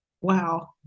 wow